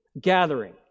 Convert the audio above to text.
gathering